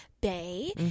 Bay